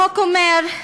החוק אומר,